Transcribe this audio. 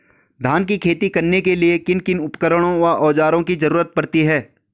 धान की खेती करने के लिए किन किन उपकरणों व औज़ारों की जरूरत पड़ती है?